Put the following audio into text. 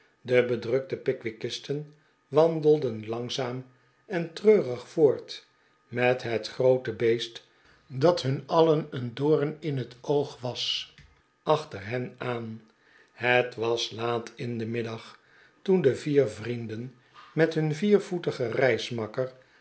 de bedrukte pickwickisten wandelden langzaam en treurig voort met het groote beest dat hun alien een doom in het oog was achter hen aan het was laat in den middag toen de vier vrienden met hun viervoetigen